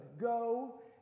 Go